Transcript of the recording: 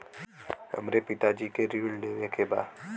हमरे पिता जी के ऋण लेवे के बा?